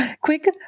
Quick